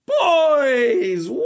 Boys